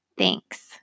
Thanks